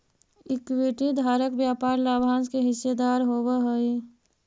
equity धारक व्यापारिक लाभांश के हिस्सेदार होवऽ हइ